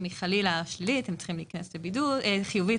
אם חלילה הם מקבלים תשובה חיובית,